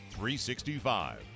365